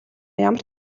ямар